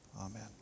amen